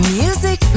music